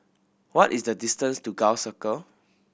what is the distance to Gul Circle